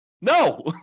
No